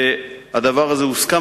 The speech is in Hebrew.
והדבר הזה הוסכם.